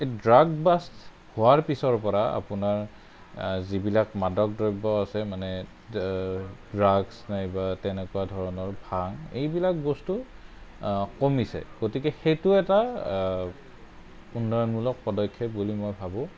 drug bust হোৱাৰ পিছৰপৰা আপোনাৰ যিবিলাক মাদক দ্ৰব্য আছে মানে ড্ৰাগচ নাইবা তেনেকুৱা ধৰণৰ ভাং এইবিলাক বস্তু কমিছে গতিকে সেইটো এটা উন্নয়নমূলক পদক্ষেপ বুলি মই ভাবোঁ